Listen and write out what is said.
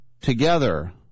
together